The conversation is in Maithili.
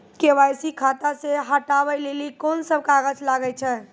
के.वाई.सी खाता से हटाबै लेली कोंन सब कागज लगे छै?